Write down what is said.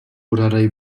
pořádají